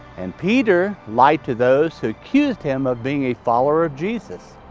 and peter lied to those who accused him of being a follower of jesus.